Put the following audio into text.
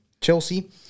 Chelsea